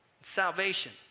salvation